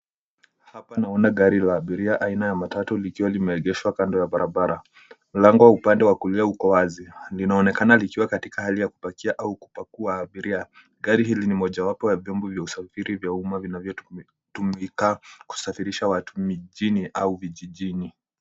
Hapa naona gari la abiria aina ya matatu likiwa limeegeshwa kando ya barabara. Mlango upande wa kulia ukowazi. Linaonekana likiwa katika hali ya kupakia au kupakua abiria. Gari hili ni mojawapo ya vyombo vya usafiri vya umma vinavyotumika kusafirisha watu mijini au vijijini.